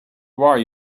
why